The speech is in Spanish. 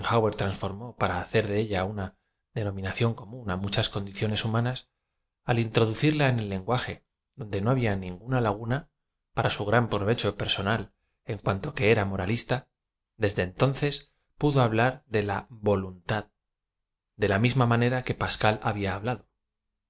transformó para hacer de ella uda denominación común á muchas condicionea humanas al introducirla en el lenguaje donde no ha bia ninguna laguna para su gran provecho personal en cuanto que era moralista desde entonces pudo hablar de la volu ntad de la misma manera que pas cal había hablado